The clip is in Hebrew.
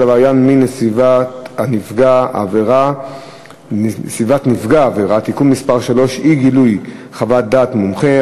עבריין מין לסביבת נפגע העבירה (תיקון מס' 3) (אי-גילוי חוות דעת מומחה),